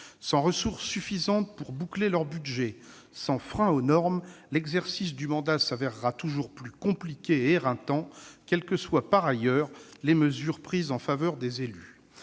Sans ressources suffisantes pour boucler leur budget, sans frein aux normes, l'exercice du mandat s'avérera toujours plus compliqué et éreintant, quelles que soient par ailleurs les mesures prises en faveur des élus.